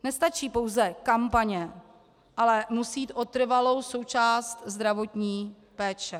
Nestačí pouze kampaně, ale musí jít o trvalou součást zdravotní péče.